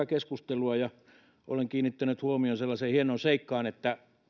keskustelua ja olen kiinnittänyt huomiota sellaiseen hienoon seikkaan että